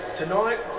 Tonight